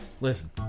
Listen